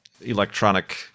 electronic